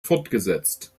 fortgesetzt